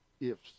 ifs